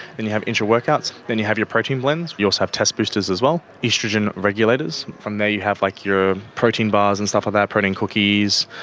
then you have intra-workouts. then you have your protein blends. you also have test boosters as well. estrogen regulators. from there you have like your protein bars and stuff like that, protein cookies.